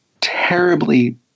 terribly